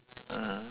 ah ah